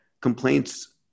complaints